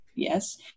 yes